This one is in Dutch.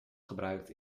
gebruikt